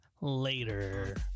later